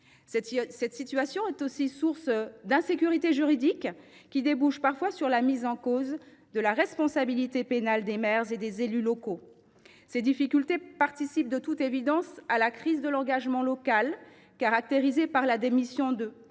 Cette situation est aussi source d’une insécurité juridique qui débouche parfois sur la mise en cause de la responsabilité pénale des maires et des élus locaux. Ces difficultés participent de toute évidence de la crise de l’engagement local, caractérisée par la démission de